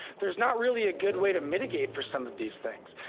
there's not really a good way to mitigate for some of these things.